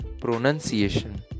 pronunciation